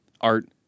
Art